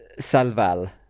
Salval